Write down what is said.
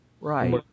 Right